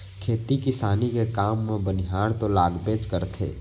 खेती किसानी के काम म बनिहार तो लागबेच करथे